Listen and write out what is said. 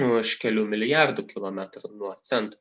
už kelių milijardų kilometrų nuo centro